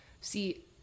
see